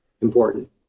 important